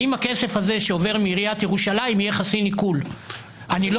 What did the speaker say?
אני לא